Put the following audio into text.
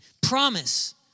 Promise